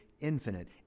infinite